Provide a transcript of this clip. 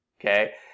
Okay